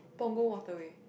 Punggol Waterway